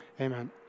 Amen